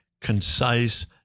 concise